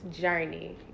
journey